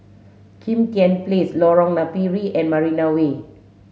Kim Tian Place Lorong Napiri and Marina Way